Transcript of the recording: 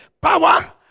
power